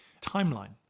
Timeline